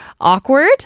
awkward